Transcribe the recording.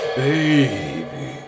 baby